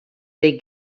they